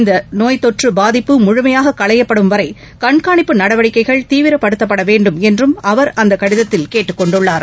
இந்த நோய் தொற்று பாதிப்பு முழுமையாக களையப்படும் வரை கண்காணிப்பு நடவடிக்கைகள் தீவிரப்படுத்தப்பட வேண்டுமென்றும் அவர் அக்கடிதத்தில் கேட்டுக் கொண்டுள்ளார்